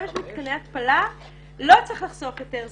יש מתקני התפלה ולא צריך לחסוך יותר.